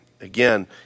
again